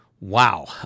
Wow